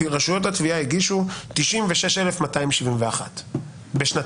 רשויות התביעה הגישו 96,271 בשנתיים.